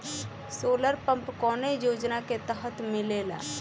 Solar pump कौने योजना के तहत मिलेला?